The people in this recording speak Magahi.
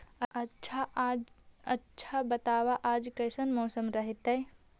आच्छा बताब आज कैसन मौसम रहतैय?